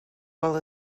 well